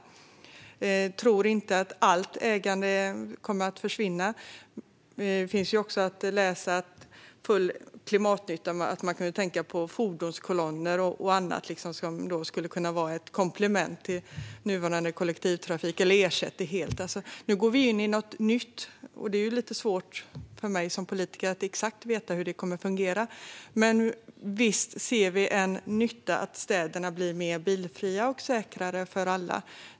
Jag tror inte att allt ägande kommer att försvinna. Det finns också en del att läsa om full klimatnytta. Man kan tänka sig fordonskolonner och annat som skulle kunna vara ett komplement till nuvarande kollektivtrafik - eller ersätta den helt. Nu går vi in i något nytt, och det är svårt för mig som politiker att veta exakt hur det kommer att fungera, men visst ser vi en nytta med att städerna blir mer bilfria och säkrare för alla.